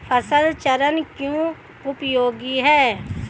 फसल चरण क्यों उपयोगी है?